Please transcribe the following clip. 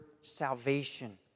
salvation